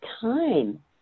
time